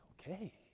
okay